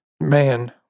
Man